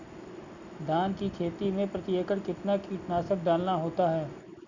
धान की खेती में प्रति एकड़ कितना कीटनाशक डालना होता है?